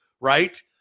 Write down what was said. Right